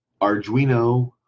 Arduino